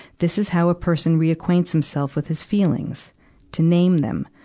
this is how a person reacquaints himself with his feelings to name them,